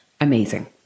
amazing